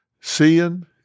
Seeing